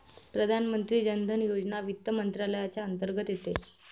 प्रधानमंत्री जन धन योजना वित्त मंत्रालयाच्या अंतर्गत येते